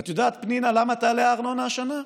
את יודעת, פנינה, למה תעלה הארנונה השנה?